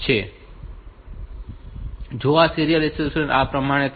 તો આ serial reception આ પ્રમાણે થાય છે